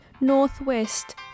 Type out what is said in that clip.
northwest